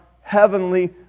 heavenly